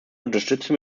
unterstützen